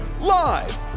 Live